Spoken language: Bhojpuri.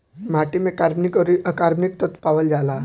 माटी में कार्बनिक अउरी अकार्बनिक तत्व पावल जाला